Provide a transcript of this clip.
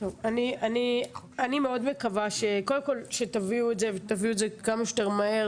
אני מאוד מקווה שתביאו את זה כמה שיותר מהר.